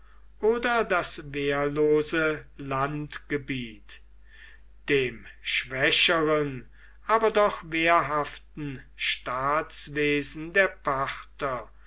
oder das wehrlose landgebiet dem schwächeren aber doch wehrhaften staatswesen der parther